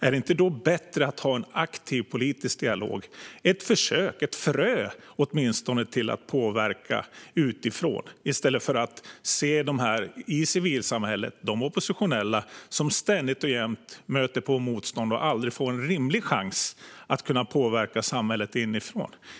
Är det då inte bättre att ha en aktiv politisk dialog, ett försök och åtminstone ett frö till att påverka utifrån? I stället får vi se civilsamhället och de oppositionella som ständigt och jämt möter motstånd och aldrig får en rimlig chans att kunna påverka samhället inifrån.